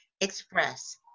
express